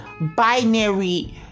binary